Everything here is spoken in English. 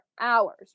hours